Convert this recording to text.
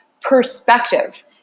perspective